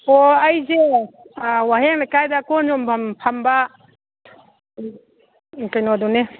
ꯑꯣ ꯑꯩꯖꯦ ꯋꯥꯍꯦꯡ ꯂꯩꯀꯥꯏꯗ ꯀꯣꯟ ꯌꯣꯟꯕꯝ ꯐꯝꯕ ꯀꯩꯅꯣꯗꯨꯅꯦ